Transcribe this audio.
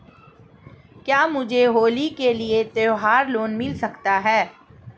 क्या मुझे होली के लिए त्यौहार लोंन मिल सकता है?